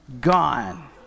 Gone